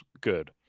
good